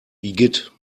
igitt